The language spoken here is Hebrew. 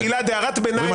גלעד, הערת ביניים זה משפט.